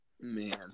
Man